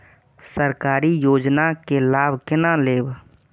सरकारी योजना के लाभ केना लेब?